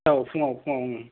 औ फुङाव फुङाव ओम